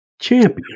champion